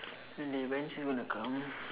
really when's she going to come